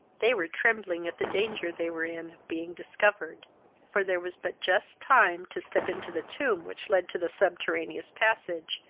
they were trembling at the danger they were in of being discovered for there was but just time to step into the tomb which led to the subterraneous passage,